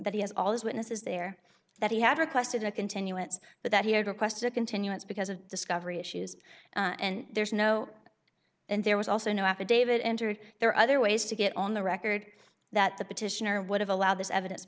that he has all these witnesses there that he had requested a continuance but that he had requested a continuance because of discovery issues and there's no and there was also no affidavit entered there are other ways to get on the record that the petitioner would have allowed this evidence